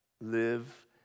Live